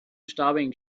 starving